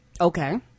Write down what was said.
Okay